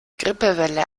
grippewelle